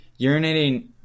urinating